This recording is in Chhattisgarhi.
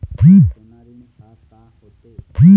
सोना ऋण हा का होते?